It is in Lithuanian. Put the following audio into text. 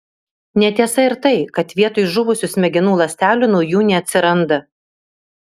netiesa ir tai kad vietoj žuvusių smegenų ląstelių naujų neatsiranda